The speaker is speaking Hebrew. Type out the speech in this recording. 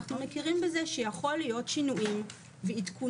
אנו מכירים בכך שיכולים להיות שינויים ועדכונים